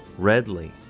Redley